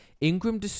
Ingram